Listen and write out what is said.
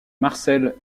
marcel